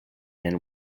and